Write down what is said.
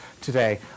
today